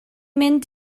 mynd